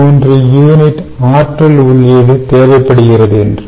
3 unit ஆற்றல் உள்ளீடு தேவைப்படுகிறது என்று